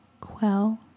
Quell